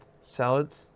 salads